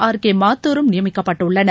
R K மாத்துரும் நியமிக்கப்பட்டுள்ளனர்